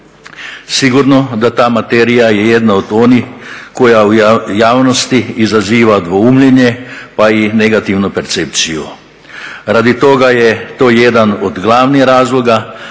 Sigurno da je ta materija je jedna od onih koja u javnosti izaziva dvoumljenje pa i negativnu percepciju. Radi toga je to jedan od glavnih razloga